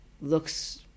looks